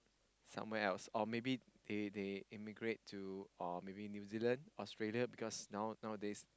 somewhere else or maybe immigrate to New-Zealand or Australia because nowadays